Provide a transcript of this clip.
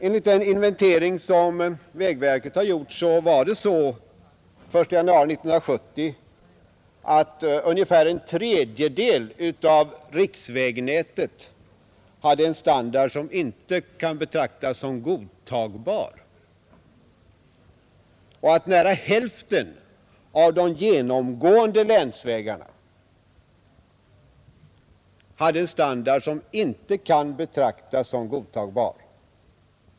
Enligt den inventering vägverket gjort hade den 1 januari 1970 ungefär en tredjedel av riksvägnätet en standard som inte kan betraktas som godtagbar. Nära hälften av de genomgående länsvägarna hade också en standard som inte kan betraktas som godtagbar.